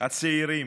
הצעירים.